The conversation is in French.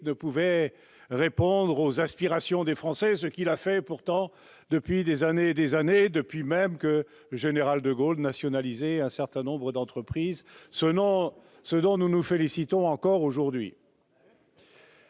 ne pouvait pas répondre aux aspirations des Français. Il l'a pourtant fait pendant des années, notamment depuis que le général de Gaulle nationalisa un certain nombre d'entreprises, ce dont nous nous félicitons encore aujourd'hui.